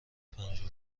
پنجاه